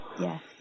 Yes